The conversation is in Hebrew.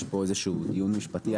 יש פה דיון משפטי,